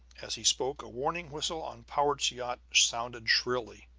as he spoke a warning whistle on powart's yacht sounded shrilly